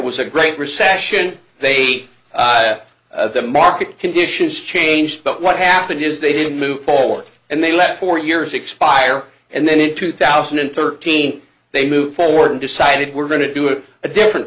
was a great recession they the market conditions changed but what happened is they didn't move forward and they left four years expire and then in two thousand and thirteen they moved forward and decided we're going to do it a different